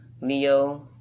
Leo